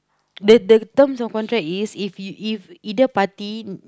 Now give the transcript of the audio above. the the terms of contract is if he if either party